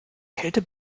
kälte